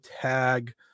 tag